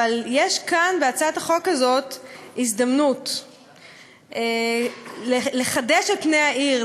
אבל יש כאן בהצעת החוק הזאת הזדמנות לחדש את פני העיר,